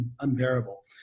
unbearable